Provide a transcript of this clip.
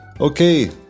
Okay